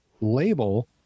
label